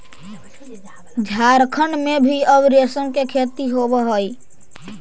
झारखण्ड में भी अब रेशम के खेती होवऽ हइ